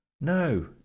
No